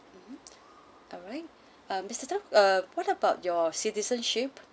mm alright mister tan uh what about your citizenship